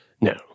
No